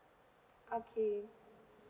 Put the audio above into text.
okay